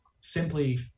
simply